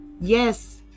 yes